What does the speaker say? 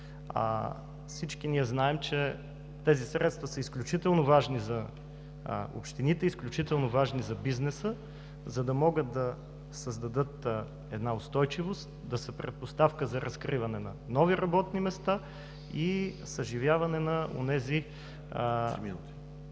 Всички ние знаем, че тези средства са изключително важни за общините, за бизнеса, за да могат да създадат устойчивост, да са предпоставка за разкриване на нови работни места и съживяване на онези обезлюдени,